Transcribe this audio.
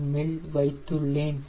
எம்மில் வைத்துள்ளேன்